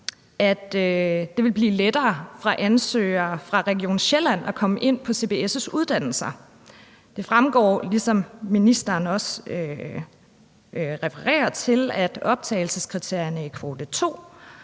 at det ville blive lettere for ansøgere fra Region Sjælland at komme ind på CBS' uddannelser. Det fremgår, ligesom ministeren også refererer til, at optagelseskriterierne i kvote 2